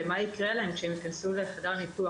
ומה יקרה להם כשהן יכנסו לחדר ניתוח.